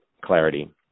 clarity